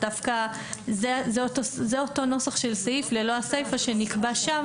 דווקא זה אותו נוסח של סעיף ללא הסיפה שנקבע שם